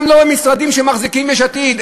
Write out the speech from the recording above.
גם לא במשרדים שמחזיקים יש עתיד.